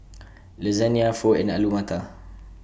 Lasagna Pho and Alu Matar